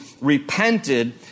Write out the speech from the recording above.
repented